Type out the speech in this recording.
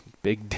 big